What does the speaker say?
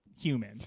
human